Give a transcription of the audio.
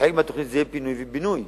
בחלק מהתוכנית זה יהיה פינוי ובינוי.